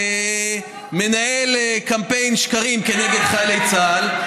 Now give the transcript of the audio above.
ומנהל קמפיין שקרים נגד חיילי צה"ל,